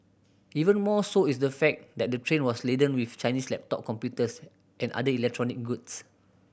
even more so is the fact that the train was laden with Chinese laptop computers and other electronic goods